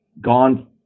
gone